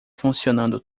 funcionando